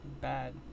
Bad